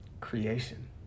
creation